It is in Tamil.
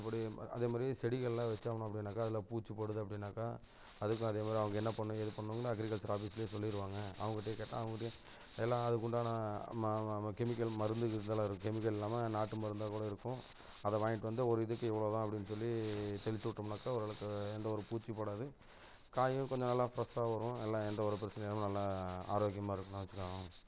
மற்றபடி அதேமாதிரி செடிகள்லாம் வச்சாகணும் அப்படின்னாக்க அதில் பூச்சி போடுது அப்டின்னாக்க அதுக்கும் அதேமாதிரி அவங்க என்ன பண்ணணும் ஏது பண்ணணும்னு அக்ரிகல்சர் ஆஃபீஸ்லே சொல்லிடுவாங்க அவங்கக்கிட்டையும் கேட்டால் அவங்கக்கிட்டையும் எல்லாம் அதுக்குண்டான ம கெமிக்கல் மருந்து கிருந்துலாம் இருக்குது கெமிக்கல் இல்லாமல் நாட்டு மருந்தாகக்கூட இருக்கும் அதை வாங்கிட்டு வந்து ஒரு இதுக்கு இவ்வளோதான் அப்படின்னு சொல்லி தெளித்து விட்டம்னாக்க ஓரளவுக்கு எந்த ஒரு பூச்சிப்படாது காலையில் கொஞ்சம் நல்லா ஃப்ரெஷ்ஷாக வரும் எல்லாம் எந்த ஒரு பிரச்சனையும் இல்லாமல் நல்லா ஆரோக்கியமாக இருக்குன்னு வச்சுக்கோங்க